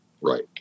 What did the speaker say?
right